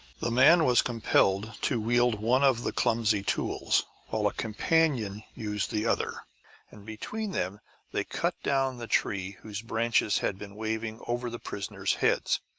the man was compelled to wield one of the clumsy tools while a companion used the other and between them they cut down the tree whose branches had been waving over the prisoners' heads.